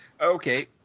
Okay